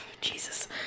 Jesus